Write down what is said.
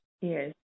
Yes